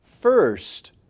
first